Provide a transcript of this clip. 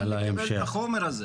אם נוכל לקבל את החומר הזה.